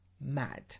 mad